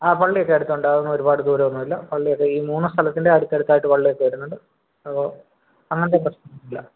ആ പള്ളിയൊക്കെ അടുത്തോണ്ട് അതൊന്നും ഒരുപാട് ദൂരം ഒന്നും ഇല്ല പള്ളിയൊക്കെ ഈ മൂന്ന് സ്ഥലത്തിൻ്റെ അടുത്തടുത്തായിട്ട് പള്ളിയൊക്കെ വരുന്നുണ്ട് അപ്പോൾ അങ്ങനത്തെ പ്രശ്നങ്ങളൊന്നും ഇല്ല